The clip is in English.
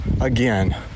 again